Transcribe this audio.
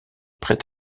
prêt